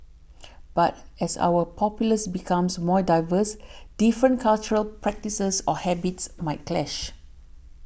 but as our populace becomes more diverse different cultural practices or habits might clash